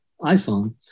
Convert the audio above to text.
iPhone